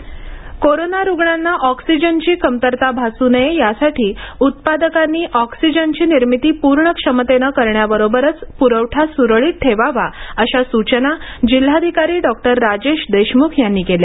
oxygen प्रवठा press note corona रुग्णांना ऑक्सिजनची कमतरता भासू नये यासाठी उत्पादकांनी ऑक्सिजनची निर्मिती पूर्ण क्षमतेने करण्याबरोबरच पुरवठा सुरळीत ठेवावा अशा सूचना जिल्हाधिकारी राजेश देशमुख यांनी केल्या